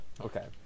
okay